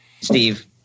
steve